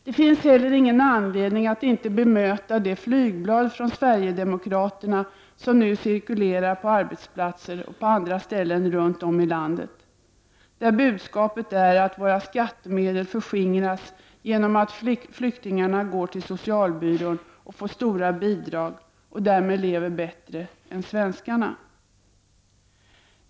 Det finns heller ingen anledning att inte bemöta det flygblad från Sverigedemokraterna som nu cirkulerar på arbetsplatser och på andra ställen runt om i landet. Budskapet är där att våra skattemedel förskingras genom att flyktingarna går till socialbyrån och får stora bidrag och därmed lever bättre än svenskarna.